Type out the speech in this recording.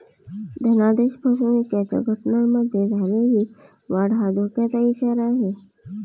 धनादेश फसवणुकीच्या घटनांमध्ये झालेली वाढ हा धोक्याचा इशारा आहे